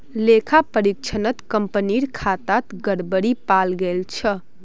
लेखा परीक्षणत कंपनीर खातात गड़बड़ी पाल गेल छ